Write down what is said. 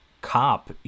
cop